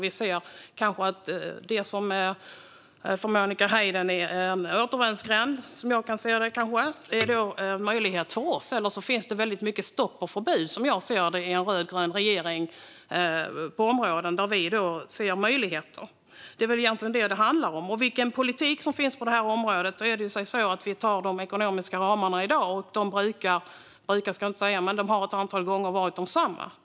Vi ser kanske att det som för Monica Haider är en återvändsgränd är en möjlighet för oss, eller så finns det, som jag ser det, i en rödgrön regering väldigt många stopp och förbud, på områden där vi ser möjligheter. Det är väl egentligen detta det handlar om. När det gäller den politik som finns på detta område handlar det om de ekonomiska ramarna i dag, och de har ett antal gånger varit desamma.